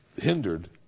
hindered